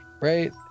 right